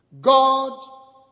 God